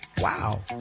Wow